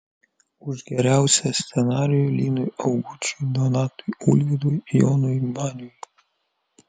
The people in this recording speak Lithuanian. už geriausią scenarijų linui augučiui donatui ulvydui jonui baniui